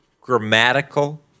grammatical